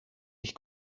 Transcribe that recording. ich